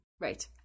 Right